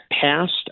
passed